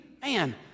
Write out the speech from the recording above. Man